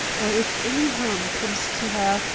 or if any harm comes to her,